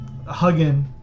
hugging